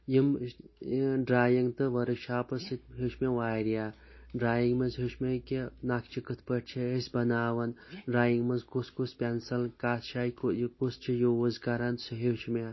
یِمہٕ ڈرٛایِنٛگ تہٕ ؤرٕکشاپَس سٍتۍ ہیٚوچھ مےٚ واریاہ ڈَرٛایِنٛگ منٛز ہیٚوچھ مےٚ کہِ نقشہٕ کِتھٕ پٲٹھۍ چھِ أسۍ بَناوَن ڈَرٛایِنٛگ منٛز کُس کُس پینسَل کَتھ جایہِ یہِ کُس چھُ یوٗز کَرَن سُہ ہیٚوچھ مےٚ